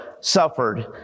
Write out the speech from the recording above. suffered